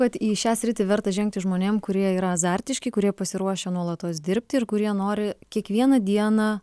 vat į šią sritį verta žengti žmonėm kurie yra azartiški kurie pasiruošę nuolatos dirbti ir kurie nori kiekvieną dieną